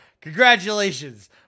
congratulations